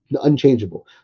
unchangeable